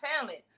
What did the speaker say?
talent